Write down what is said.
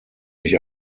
mich